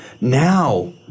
now